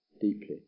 deeply